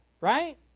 right